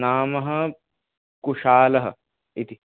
नाम कुशालः इति